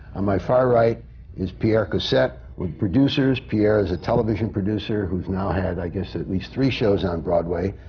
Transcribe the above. on my far right is pierre cossette, with producers. pierre is a television producer who's now had, i guess, at least three shows on broadway,